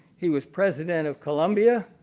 he was president of columbia.